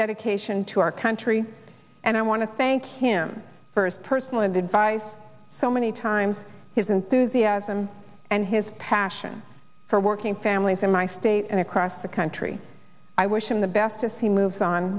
dedication to our country and i want to thank him for his personal and advice so many times his enthusiasm and his passion for working families in my state and across the country i wish him the best as he moves on